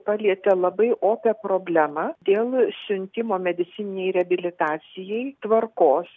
palietė labai opią problemą dėl siuntimo medicininei reabilitacijai tvarkos